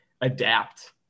adapt